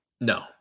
No